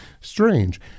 strange